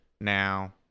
Now